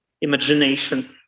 imagination